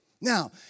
Now